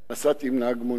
נסעתי עם נהג מונית,